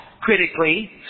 Critically